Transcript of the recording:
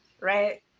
Right